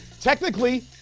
Technically